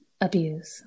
Abuse